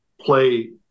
play